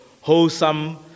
wholesome